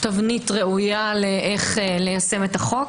לתבנית ראויה לאיך ליישם את החוק.